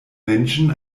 menschen